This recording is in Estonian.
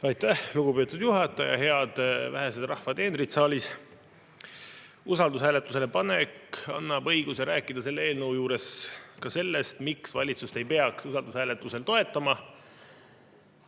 Aitäh, lugupeetud juhataja! Head vähesed rahva teenrid saalis! Usaldushääletusele panek annab õiguse rääkida selle eelnõu juures ka sellest, miks valitsust ei peaks usaldushääletusel toetama.